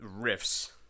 riffs